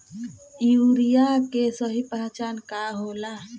Urea के सही पहचान का होला?